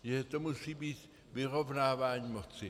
Že to musí být vyrovnávání moci.